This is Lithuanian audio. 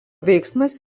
veiksmas